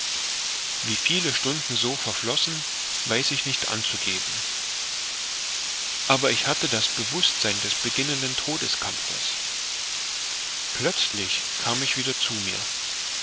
wie viele stunden so verflossen weiß ich nicht anzugeben aber ich hatte das bewußtsein des beginnenden todeskampfes plötzlich kam ich wieder zu mir